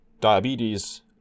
diabetes